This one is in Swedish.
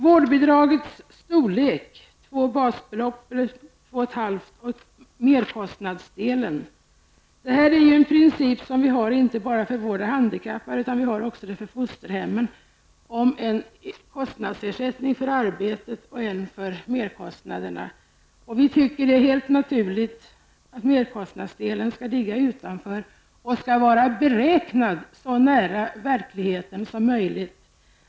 Vårdbidragets storlek är 2,5 basbelopp plus merkostnadsersättningen. Detta är en princip som inte bara gäller de handikappade utan även fosterhemmen, dvs. att man har dels ersättning för arbete, dels ersättning för merkostnaderna. Vi tycker att det är helt naturligt att merkostnadsdelen ligger utanför och beräknas så, att den kommer så nära de verkliga kostnaderna som möjligt.